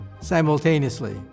simultaneously